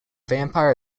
vampire